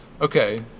Okay